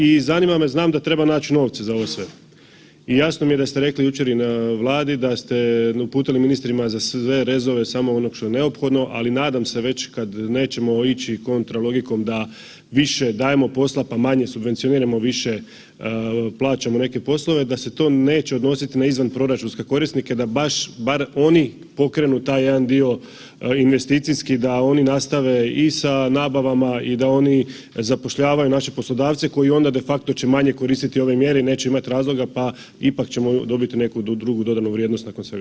I zanima me, znam da treba naći novce za ovo sve i jasno mi da ste jučer rekli i na Vladi i da ste uputili ministrima za sve rezove samo ono što je neophodno, ali nadam se već kada nećemo ići kontra logikom da više dajemo posla pa manje subvencioniramo, više plaćamo neke poslove da se to neće odnositi na izvanproračunske korisnike da baš bar oni pokrenu taj jedan dio investicijski, da oni nastave i sa nabavama i da oni zapošljavaju naše poslodavce koji onda de facto će manje koristiti ove mjere i neće imati razloga pa ipak ćemo dobiti neku drugu dodanu vrijednost nakon svega toga.